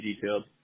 detailed